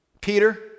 Peter